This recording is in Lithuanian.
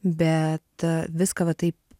bet viską taip